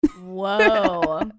Whoa